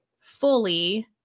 fully